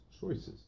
choices